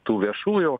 tų viešųjų